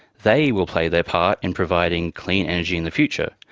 they will play their part in providing clean energy in the future,